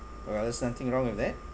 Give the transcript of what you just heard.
well there's nothing wrong with it